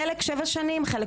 חלק שבע שנים,